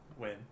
win